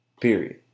period